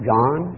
John